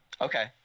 Okay